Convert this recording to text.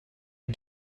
you